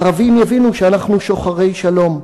הערבים יבינו שאנחנו שוחרי שלום.